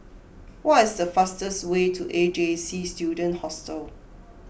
what is the fastest way to A J C Student Hostel